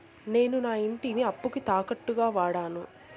నేను నా ఇంటిని అప్పుకి తాకట్టుగా వాడాను